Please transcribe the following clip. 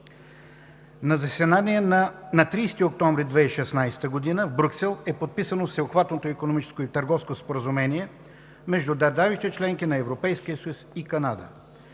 На заседание на 30 октомври 2016 г. в Брюксел е подписано Всеобхватното икономическо и търговско споразумение между държавите – членки на Европейския съюз, и Канада.